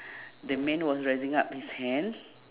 the man was raising up his hand